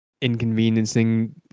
inconveniencing